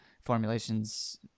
formulations